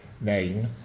name